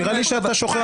נראה לי שאתה שוכח.